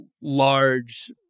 large